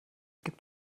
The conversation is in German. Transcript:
gibt